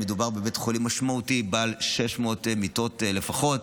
מדובר בבית חולים משמעותי בעל 600 מיטות לפחות.